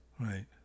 right